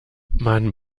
man